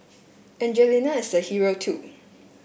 Angelina is a hero too